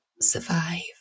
survive